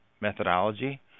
methodology